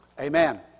Amen